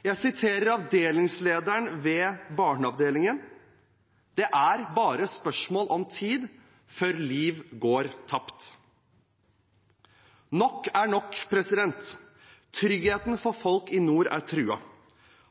Jeg siterer avdelingslederen ved Barneavdelingen: «Det er bare spørsmål om tid før liv går tapt.» Nok er nok. Tryggheten for folk i nord er truet.